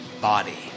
body